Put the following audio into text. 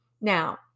Now